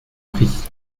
pris